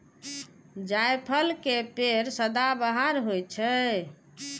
जायफल के पेड़ सदाबहार होइ छै